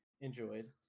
enjoyed